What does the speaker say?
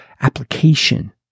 application